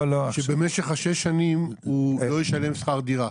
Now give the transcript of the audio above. שבמשך שש השנים הוא לא ישלם שכר דירה.